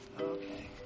Okay